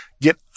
get